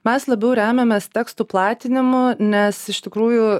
mes labiau remiamės tekstų platinimu nes iš tikrųjų